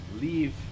leave